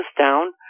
down